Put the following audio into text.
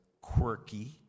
quirky